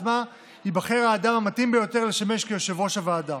עצמה ייבחר האדם המתאים ביותר לשמש כיושב-ראש הוועדה.